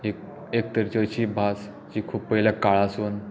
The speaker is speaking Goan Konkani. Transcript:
एक एक तरेची अशी भास जी खूब पयल्या काळांसून